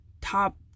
top